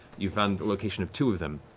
you've found the location of two of them,